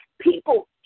people